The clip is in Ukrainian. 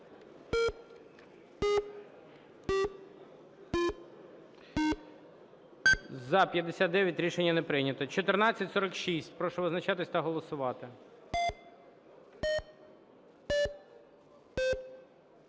За-59 Рішення не прийнято. 1446. Прошу визначатись та голосувати.